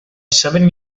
seven